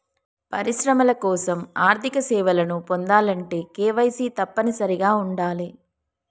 పరిశ్రమల కోసం ఆర్థిక సేవలను పొందాలంటే కేవైసీ తప్పనిసరిగా ఉండాలే